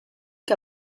che